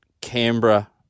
Canberra